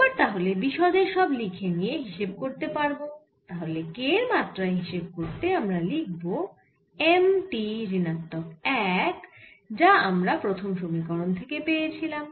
এবার তাহলে বিশদে সব লিখে নিয়ে হিসেব করতে পারব তাহলে k এর মাত্রা হিসেব করতে আমরা লিখব M T ঋণাত্মক এক যা আমরা প্রথম সমীকরণ থেকে পেয়েছিলাম